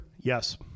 Yes